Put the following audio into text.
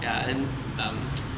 ya then um